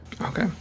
Okay